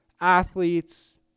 athletes